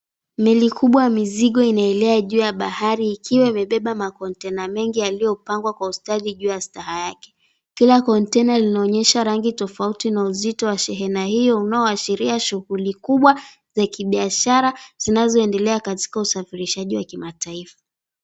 Meli kubwa ya mizigo inaelea juu ya bahari ikiwa imebeba makonteina mengi yaliyopangwa kwa ustadi juu ya staha yake. Kila konteina linaonyesha rangi tofauti na uzito wa shehena hilo unaoashiria shughuli kubwa za kibishara zinazoendelea katika usafirishaji wa kimataifa.